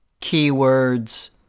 Keywords